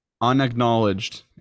unacknowledged